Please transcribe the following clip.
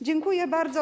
Dziękuję bardzo.